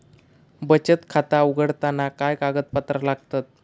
बचत खाता उघडताना काय कागदपत्रा लागतत?